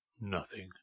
Nothing